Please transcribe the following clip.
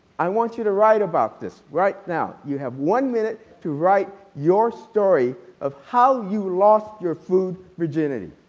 i want you to write about this right now. you have one minute to write your story of how you lost your food virginity.